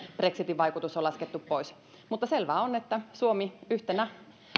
brexitin vaikutus on laskettu pois mutta selvää on että suomi yhtenä